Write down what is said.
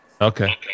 Okay